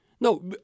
No